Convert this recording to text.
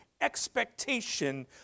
expectation